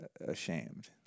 ashamed